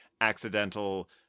accidental